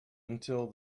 until